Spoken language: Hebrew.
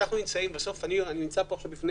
ובשיות לא פשוטות